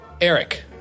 Eric